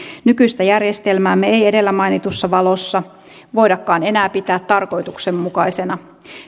nykyistä järjestelmäämme ei edellä mainitussa valossa voidakaan enää pitää tarkoituksenmukaisena